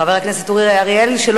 חבר הכנסת אורי אריאל, איננו.